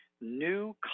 new